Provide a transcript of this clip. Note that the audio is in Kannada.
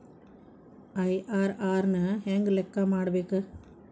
ಐ.ಆರ್.ಆರ್ ನ ಹೆಂಗ ಲೆಕ್ಕ ಮಾಡಬೇಕ?